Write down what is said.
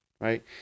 right